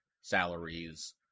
salaries